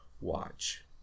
watch